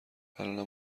الانم